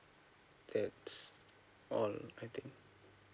that's all I think